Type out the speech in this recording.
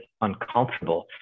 uncomfortable